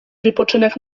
wypoczynek